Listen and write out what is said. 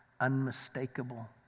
unmistakable